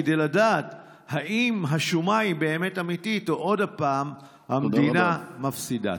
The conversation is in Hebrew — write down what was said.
כדי לדעת אם השומה היא באמת אמיתית או עוד פעם המדינה מפסידה.